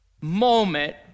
moment